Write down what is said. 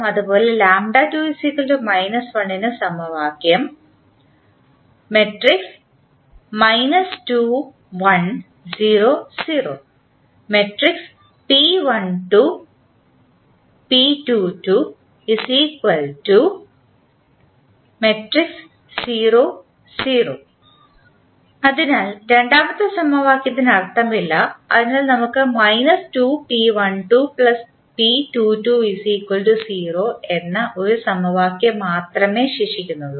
അതുപോലെ ന് സമവാക്യം അതിനാൽ രണ്ടാമത്തെ സമവാക്യത്തിന് അർത്ഥമില്ല അതിനാൽ നമുക്ക് എന്ന ഒരു സമവാക്യം മാത്രമേ ശേഷിക്കുന്നുള്ളൂ